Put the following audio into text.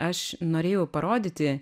aš norėjau parodyti